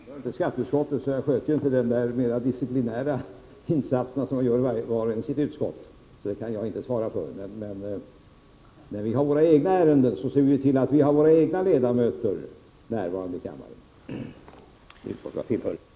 Herr talman! Jag tillhör inte skatteutskottet, så jag sköter inte i detta fall de disciplinära insatser som var och en gör i sitt utskott. Men i det utskott jag tillhör ser vi till att ha våra ledamöter närvarande i kammaren när våra ärenden debatteras.